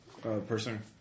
person